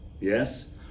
yes